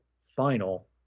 final